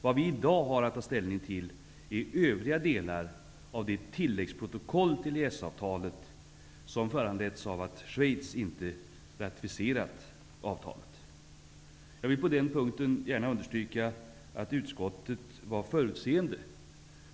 Det vi i dag har att ta ställning till är övriga delar av det tilläggsprotokoll till EES-avtalet som föranletts av att Schweiz inte ratificerat avtalet. Jag vill på den punkten gärna understryka att utskottet var förutseende.